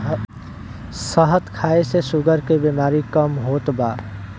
शहद खाए से शुगर के बेमारी कम होत बा